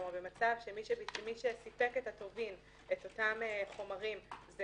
כלומר מי שסיפק את הטובין ואת אותם חומרים זה